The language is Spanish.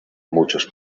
muchos